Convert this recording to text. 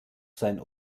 sein